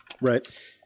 Right